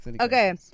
Okay